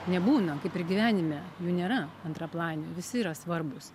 nebūna kaip ir gyvenime jų nėra antraplanių visi yra svarbūs